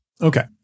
Okay